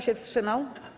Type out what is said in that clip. się wstrzymał?